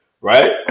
right